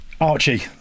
Archie